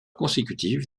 consécutive